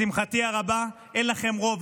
לשמחתי הרבה אין לכם רוב,